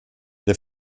der